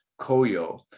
koyo